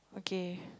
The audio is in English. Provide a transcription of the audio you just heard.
okay